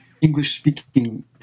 English-speaking